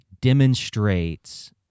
demonstrates